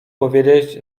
powiedzieć